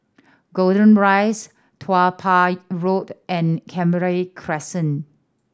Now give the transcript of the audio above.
Golden Rise Tiong Poh Road and Canberra Crescent